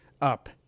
up